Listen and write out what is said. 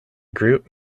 group